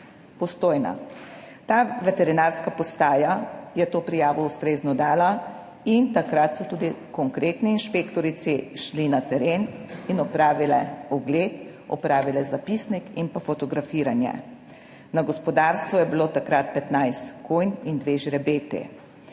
Postojna. Ta veterinarska postaja je to prijavo ustrezno dala in takrat so tudi konkretni inšpektorici šli na teren in opravile ogled, opravile zapisnik in pa fotografiranje. Na gospodarstvu je bilo takrat 15 konj in 2 žrebeti.